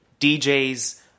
DJs